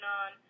on